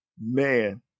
man